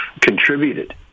contributed